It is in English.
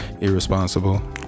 irresponsible